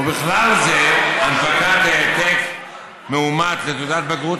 ובכלל זה הנפקת העתק מאומת לתעודת בגרות,